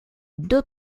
deux